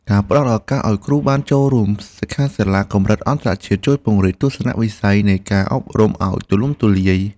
ការផ្តល់ឱកាសឱ្យគ្រូបានចូលរួមសិក្ខាសាលាកម្រិតអន្តរជាតិជួយពង្រីកទស្សនវិស័យនៃការអប់រំឱ្យទូលំទូលាយ។